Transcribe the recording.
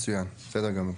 מצוין, בסדר גמור.